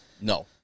No